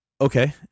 okay